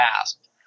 asked